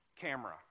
camera